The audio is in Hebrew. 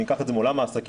אני אקח את זה מעולם העסקים,